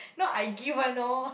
not I give one know